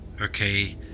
okay